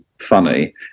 funny